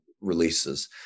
releases